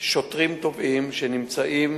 שוטרים-תובעים, שנמצאים